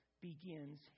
begins